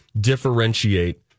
differentiate